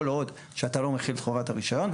כל עוד שאתה לא מחיל את חובת הרישיון.